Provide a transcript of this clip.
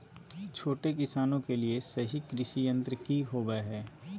छोटे किसानों के लिए सही कृषि यंत्र कि होवय हैय?